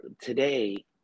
Today